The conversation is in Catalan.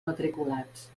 matriculats